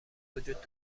وجود